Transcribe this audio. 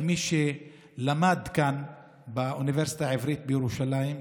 כמי שלמד כאן באוניברסיטה העברית בירושלים,